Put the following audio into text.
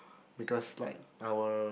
because like our